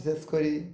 ବିଶେଷ କରି